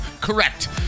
Correct